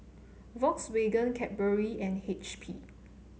Volkswagen Cadbury and H P